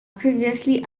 previously